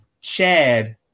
Chad